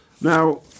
Now